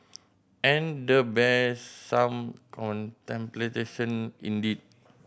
and the bears some contemplation indeed